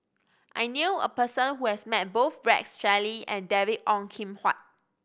I knew a person who has met both Rex Shelley and David Ong Kim Huat